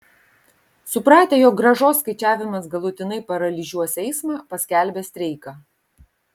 supratę jog grąžos skaičiavimas galutinai paralyžiuos eismą paskelbė streiką